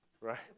right